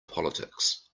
politics